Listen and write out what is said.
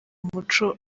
umuco